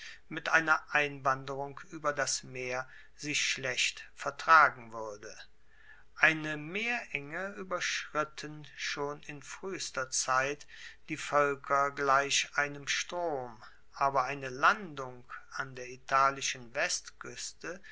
mit einer einwanderung ueber das meer sich schlecht vertragen wuerde eine meerenge ueberschritten schon in fruehester zeit die voelker gleich einem strom aber eine landung an der italischen westkueste